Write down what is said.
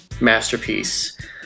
masterpiece